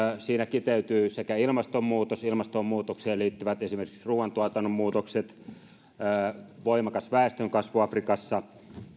siinä kiteytyvät ilmastonmuutos ilmastonmuutokseen liittyvät muutokset esimerkiksi ruuantuotannossa voimakas väestönkasvu afrikassa